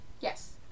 Yes